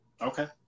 okay